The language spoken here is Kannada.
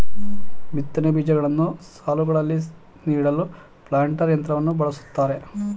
ಬಿತ್ತನೆ ಬೀಜಗಳನ್ನು ಸಾಲುಗಳಲ್ಲಿ ನೀಡಲು ಪ್ಲಾಂಟರ್ ಯಂತ್ರವನ್ನು ಬಳ್ಸತ್ತರೆ